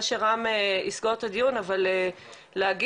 שרם יסגור את הדיון, אבל להגיד,